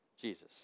Jesus